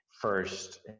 first